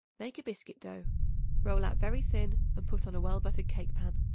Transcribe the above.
make a biscuit dough roll out very thin and put on a well-buttered cake-pan.